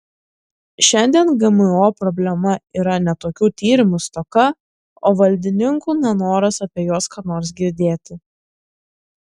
šiandien gmo problema yra ne tokių tyrimų stoka o valdininkų nenoras apie juos ką nors girdėti